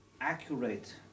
accurate